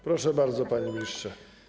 Proszę bardzo, panie ministrze.